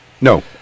No